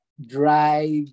drive